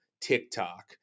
TikTok